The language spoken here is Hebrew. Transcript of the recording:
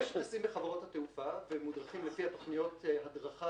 אלה שטסים בחברות התעופה ומודרכים לפי תכניות ההדרכה